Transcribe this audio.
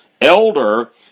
Elder